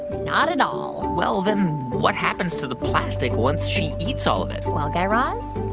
not at all well, then what happens to the plastic once she eats all of it? well, guy raz,